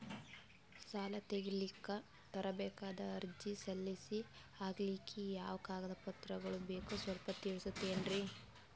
ಸಾಲ ತೆಗಿಲಿಕ್ಕ ತರಬೇಕಾದ ಅರ್ಜಿ ಸಲೀಸ್ ಆಗ್ಲಿಕ್ಕಿ ಯಾವ ಕಾಗದ ಪತ್ರಗಳು ಬೇಕು ಸ್ವಲ್ಪ ತಿಳಿಸತಿರೆನ್ರಿ?